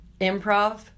improv